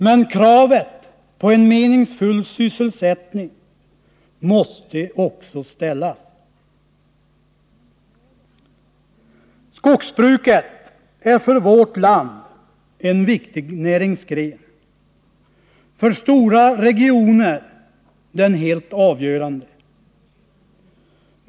Men kravet på en meningsfull sysselsättning måste också ställas. Skogsbruket är för vårt land en viktig näringsgren, för stora regioner den helt avgörande.